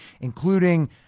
including